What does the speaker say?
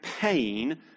pain